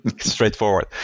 Straightforward